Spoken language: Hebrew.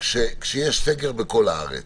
לבין סגר בכל הארץ.